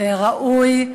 הראוי,